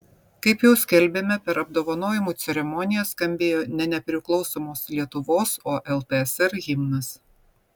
kaip jau skelbėme per apdovanojimų ceremoniją skambėjo ne nepriklausomos lietuvos o ltsr himnas